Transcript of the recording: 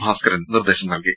ഭാസ്കരൻ നിർദ്ദേശം നൽകി